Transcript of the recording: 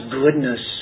goodness